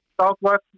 Southwest